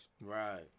Right